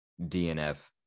dnf